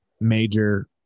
major